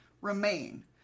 remain